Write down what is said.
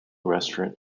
restaurant